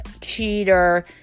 cheater